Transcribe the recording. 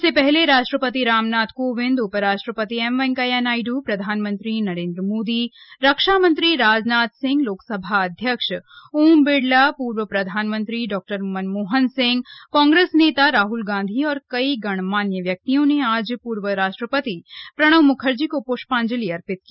इससे पहले राष्ट्रपति रामनाथ कोविंद उपराष्ट्रपति एम वेंकैया नायडू प्रधानमंत्री नरेन्द्र मोदी रक्षामंत्री राजनाथ सिंह लोकसभा अध्यक्ष ओम बिड़ला पूर्व प्रधानमंत्री डॉ मनमोहन सिंह कांग्रेस नेता राहल गांधी और कई गणमान्य व्यक्तियों ने आज पूर्व राष्ट्रपति प्रणब मुखर्जी को पृष्पांजलि अर्पित की